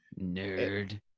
Nerd